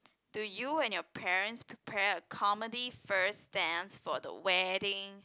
do you and your parents prepare a comedy first dance for the wedding